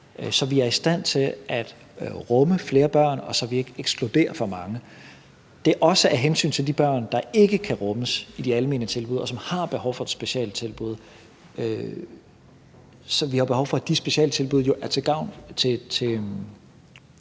så vi er i stand til at rumme flere børn, og så vi ikke ekskluderer for mange. Det er også af hensyn til de børn, der ikke kan rummes i de almene tilbud, og som har behov for et specialtilbud. Så vi har behov for, at de specialtilbud er til gavn for